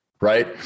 right